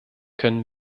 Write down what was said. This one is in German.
können